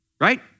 right